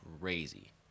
Crazy